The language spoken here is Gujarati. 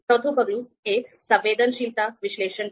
ચોથું પગલું એ સંવેદનશીલતા વિશ્લેષણ છે